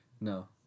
No